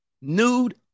nude